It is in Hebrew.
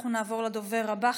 אנחנו נעבור לדובר הבא,